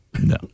No